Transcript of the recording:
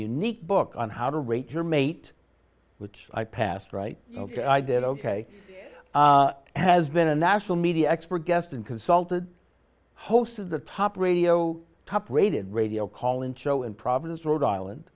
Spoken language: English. unique book on how to rate your mate which i passed right ok i did ok has been a national media expert guest and consulted host of the top radio top rated radio call in show in providence rhode island